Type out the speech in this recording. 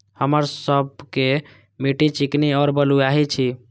हमर सबक मिट्टी चिकनी और बलुयाही छी?